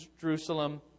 Jerusalem